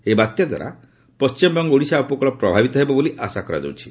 ଏହି ବାତ୍ୟା ଦ୍ୱାରା ପଣ୍ଟିମବଙ୍ଗ ଓଡ଼ିଶା ଉପକୂଳ ପ୍ରଭାବିତ ହେବ ବୋଲି ଆଶା କରାଯାଉଛି